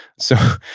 so,